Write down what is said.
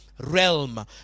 Realm